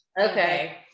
Okay